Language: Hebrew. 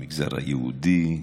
במגזר היהודי,